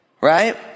right